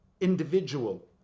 individual